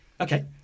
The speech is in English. Okay